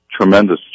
tremendous